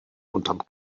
unterm